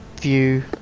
view